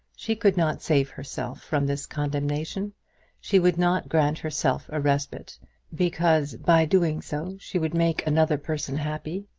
she could not save herself from this condemnation she would not grant herself a respite because, by doing so, she would make another person happy.